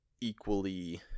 equally